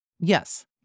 Yes